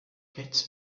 gets